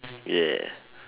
yeah